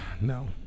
No